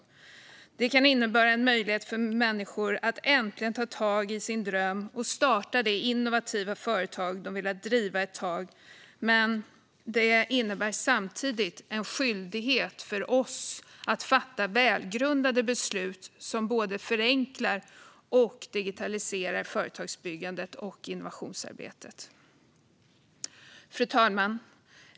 Detta kan innebära en möjlighet för människor att äntligen ta tag i sin dröm och starta det innovativa företag de velat driva ett tag, men det innebär samtidigt en skyldighet för oss att fatta välgrundade beslut som både förenklar och digitaliserar företagsbyggandet och innovationsarbetet. Fru talman!